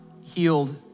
healed